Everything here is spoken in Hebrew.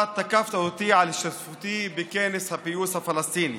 אתה תקפת אותי על השתתפותי בכנס הפיוס הפלסטיני.